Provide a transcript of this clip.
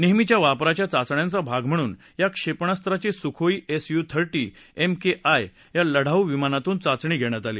नेहमीच्या वापराच्या चाचण्यांचा भाग म्हणून या क्षेपणास्त्राची Sukhoi S U thirty MKI या लढाऊ विमानातून चाचणी घेण्यात आली